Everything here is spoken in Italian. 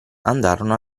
andarono